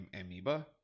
Amoeba